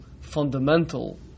fundamental